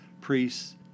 priests